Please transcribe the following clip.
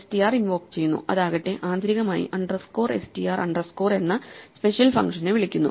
str invoke ചെയ്യുന്നു അതാകട്ടെ ആന്തരികമായി അണ്ടർസ്കോർ str അണ്ടർസ്കോർ എന്ന സ്പെഷ്യൽ ഫങ്ഷനെ വിളിക്കുന്നു